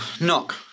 knock